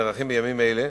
הנערכים בימים אלה